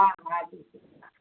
हा हा टीचर